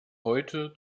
heute